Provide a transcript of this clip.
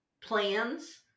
plans